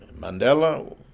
Mandela